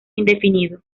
indefinido